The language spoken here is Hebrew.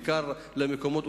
בעיקר במקומות,